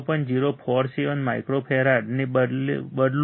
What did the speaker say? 047 microfarad ને બદલુ